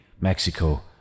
Mexico